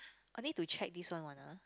I need to check this one one ah